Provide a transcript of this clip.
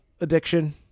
addiction